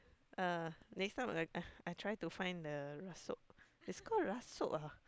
uh next time I I I try to find the rasuk it's call rasuk ah